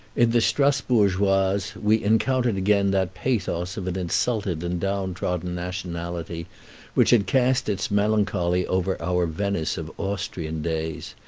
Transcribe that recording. in the strasbourgeoises we encountered again that pathos of an insulted and down-trodden nationality which had cast its melancholy over our venice of austrian days.